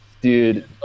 Dude